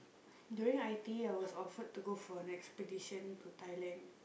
during i_t_e I was offered to go for an expedition to Thailand